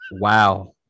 Wow